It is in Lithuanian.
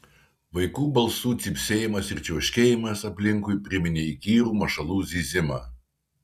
vaikų balsų cypsėjimas ir čiauškėjimas aplinkui priminė įkyrų mašalų zyzimą